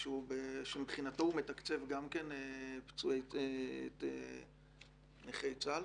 שמבחינתו הוא מתקצב גם כן את נכי צה"ל?